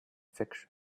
fiction